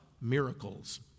miracles